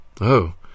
Oh